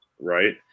Right